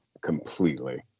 completely